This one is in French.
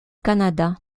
canada